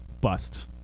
Bust